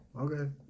Okay